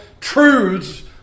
truths